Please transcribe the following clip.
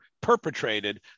perpetrated